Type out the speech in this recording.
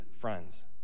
friends